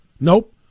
nope